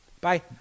Bye